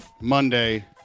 Monday